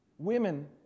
Women